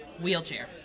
Wheelchair